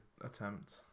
attempt